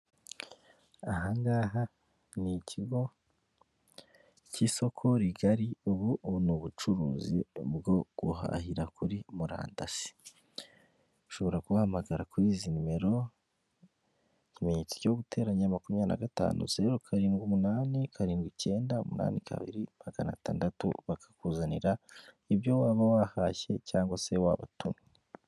Aha ngaha n'ikigo cy'isoko rigari ubu ni ubucuruzi bwo guhahira kuri murandasi, ushobora kubahamagara kuri izi nimero; ikimenyetso cyo guterenya makumyabiri na gatanu zeru karindwi umunani karindwi ikenda umunani kabiri maganatandatu bakakuzanira ibyo waba wahashye cyangwa wabatumye.